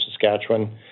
Saskatchewan